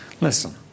listen